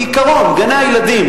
ובהתחשב בכך שאין לו זיקה ישירה לתקציב